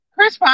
Chris